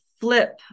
flip